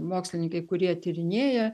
mokslininkai kurie tyrinėja